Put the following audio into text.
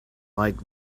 like